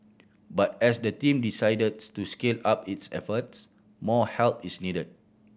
but as the team decides to scale up its efforts more help is needed